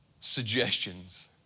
suggestions